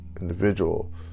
individual